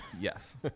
Yes